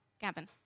Gavin